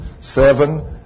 seven